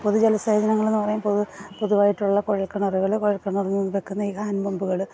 പൊതുജനസേചനകളെന്ന് പറയുമ്പോൾ പൊതുവായിട്ടുള്ള കുഴൽക്കിണറുകൾ കുഴൽക്കിണറുകളിൽ വയ്ക്കുന്ന ഈ ഹാൻഡ് പമ്പുകൾ